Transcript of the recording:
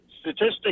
Statistics